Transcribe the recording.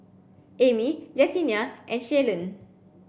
Amy Jesenia and Shalon